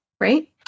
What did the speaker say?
right